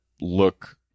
look